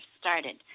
started